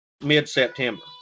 mid-September